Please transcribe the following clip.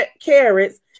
carrots